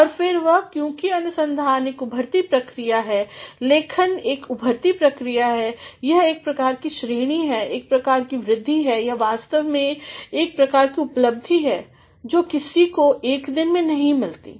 और फिर वह है क्योंकि अनुसंधान एक उभरती प्रक्रिया है लेखन एक उभरती प्रक्रिया है यह एक प्रकार कीश्रेणीहै एक प्रकार की वृद्धि है यह वास्तव में एक प्रकार की उपलब्धिहै जो किसी को एक दिन में नहीं मिलती